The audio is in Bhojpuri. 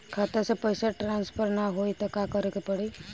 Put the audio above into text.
खाता से पैसा ट्रासर्फर न होई त का करे के पड़ी?